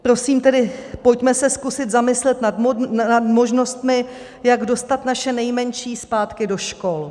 Prosím tedy, pojďme se zkusit zamyslet nad možnostmi, jak dostat naše nejmenší zpátky do škol.